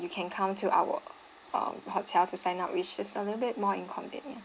you can come to our um hotel to sign up which it's a little bit more inconvenient